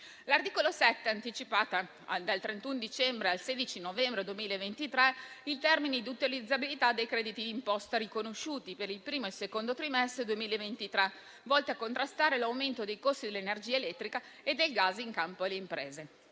L'articolo 7 anticipa dal 31 dicembre al 16 novembre 2023 i termini di utilizzabilità dei crediti d'imposta riconosciuti per il primo e il secondo trimestre 2023, volti a contrastare l'aumento dei costi dell'energia elettrica e del gas in capo alle imprese.